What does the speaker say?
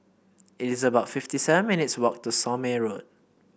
it is about fifty seven minutes' walk to Somme Road